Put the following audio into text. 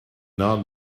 not